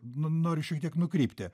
noriu šiek tiek nukrypti